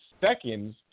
seconds